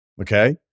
Okay